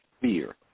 fear